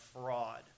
fraud